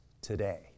today